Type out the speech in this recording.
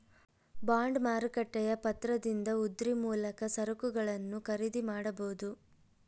bond ಮಾರುಕಟ್ಟೆಯ ಪತ್ರದಿಂದ ಉದ್ರಿ ಮೂಲಕ ಸರಕುಗಳನ್ನು ಖರೀದಿ ಮಾಡಬೊದು